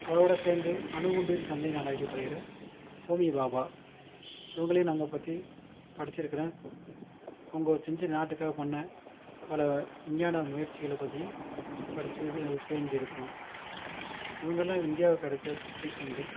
அவரோட சேர்ந்து அணுகுண்டின் தந்தை என அழைக்கப்படுகிற ஓவிய பாபா இவங்களையும் நாங்கள் பற்றி படிச்சிருக்கிறேன் அவங்க செஞ்ச நாட்டுக்காக பண்ண பல விஞ்ஞான முயற்சிகளை பற்றி படித்து இது தெரிஞ்சிருக்கிறோம் இவங்களாம் இந்தியாவுக்கு கிடச்ச பொக்கிஷங்கள்